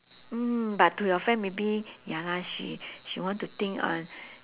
mm but to your friend maybe ya lah she she want to think uh